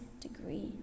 degree